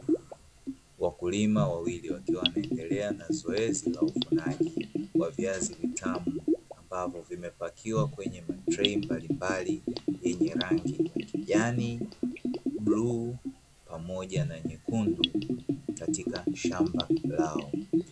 Wakulima wawili wakiwa wanaendelea na zoezi la uvunaji wa viazi vitamu, ambavyo vimepekiwa kwenye matrei mbalimbali yenye rangi ya kijani, bluu pamoja na nyekundu katika shamba lao.